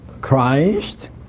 Christ